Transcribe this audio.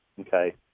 Okay